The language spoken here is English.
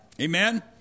Amen